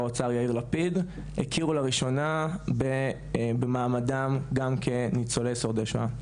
האוצר יאיר לפיד הכירו לראשונה במעמדם גם כניצולי שורדי שואה.